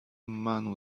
man